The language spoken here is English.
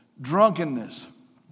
drunkenness